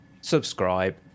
subscribe